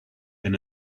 and